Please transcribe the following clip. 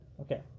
okay